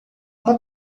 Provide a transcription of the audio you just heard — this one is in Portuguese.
uma